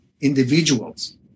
individuals